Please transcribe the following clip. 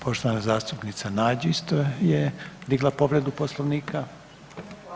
Poštovana zastupnica Nađ isto je digla povredu Poslovnika.